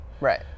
Right